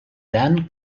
then